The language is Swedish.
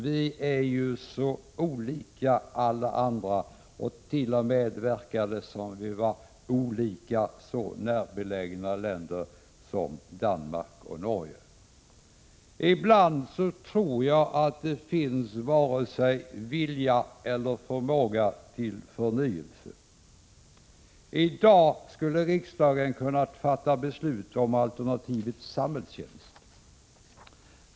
Vi är ju så olika alla andra. Det verkar som om vi vore olika så närbelägna länder som Danmark och Norge. Ibland tror jag det finns varken vilja eller förmåga till förnyelse. I dag skulle riksdagen kunna fatta beslut om alternativet samhällstjänst.